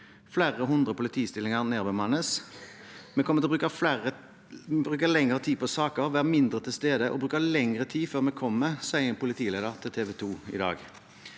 Flere hundre politistillinger nedbemannes. «Vi kommer til å bruke lengre tid på saker, være mindre til stede og bruke lengre tid før vi kommer», sier en politileder til TV 2 i dag.